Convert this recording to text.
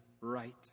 Right